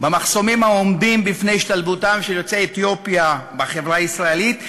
במחסומים העומדים בפני השתלבותם של יוצאי אתיופיה בחברה הישראלית,